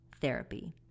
therapy